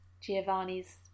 Giovanni's